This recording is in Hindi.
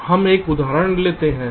तो हम एक उदाहरण लेते हैं